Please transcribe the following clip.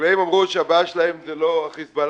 החקלאים אמרו שהבעיה שלהם זה לא חיזבאללה,